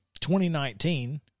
2019